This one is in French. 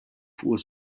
fois